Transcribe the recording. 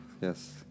yes